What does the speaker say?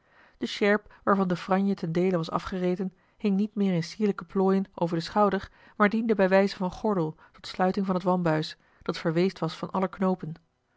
de sjerp waarvan de franje ten deele was afgereten hing niet meer in sierlijke plooien over den schouder maar diende bij wijze van gordel tot sluiting van het wambuis dat verweesd was van alle knoopen